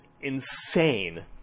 insane